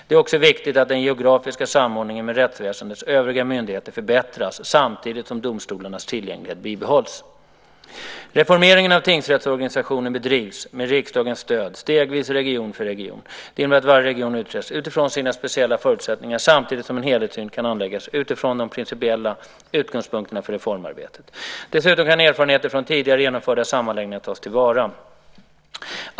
Det är också viktigt att den geografiska samordningen med rättsväsendets övriga myndigheter förbättras samtidigt som domstolarnas tillgänglighet bibehålls. Reformeringen av tingsrättsorganisationen bedrivs, med riksdagens stöd, stegvis region för region. Det innebär att varje region utreds utifrån sina speciella förutsättningar, samtidigt som en helhetssyn kan anläggas utifrån de principiella utgångspunkterna för reformarbetet. Dessutom kan erfarenheter från tidigare genomförda sammanläggningar tas till vara.